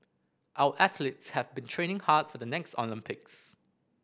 our athletes have been training hard for the next Olympics